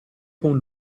con